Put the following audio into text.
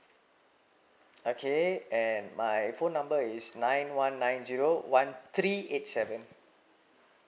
okay and my phone number is nine one nine zero one three eight seven